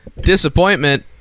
disappointment